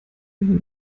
wieder